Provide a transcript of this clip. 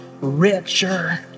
richer